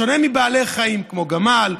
בשונה מבעלי חיים כמו גמל,